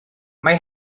mae